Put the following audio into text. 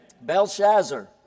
Belshazzar